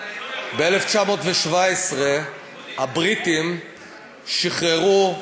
ב-1917 הבריטים שחררו,